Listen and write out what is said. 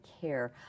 care